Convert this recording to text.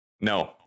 No